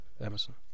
Emerson